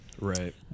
right